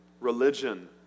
religion